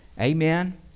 Amen